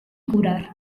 curar